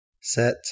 set